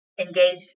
engaged